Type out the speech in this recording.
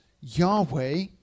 Yahweh